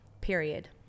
period